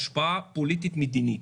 פוליטית-מדינית.